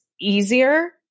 easier